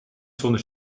zonder